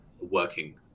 working